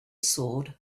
sword